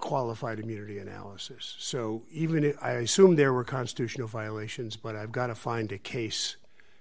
qualified immunity analysis so even if i assume there were constitutional violations but i've got to find a case